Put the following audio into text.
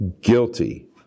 Guilty